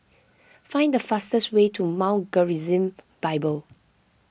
find the fastest way to Mount Gerizim Bible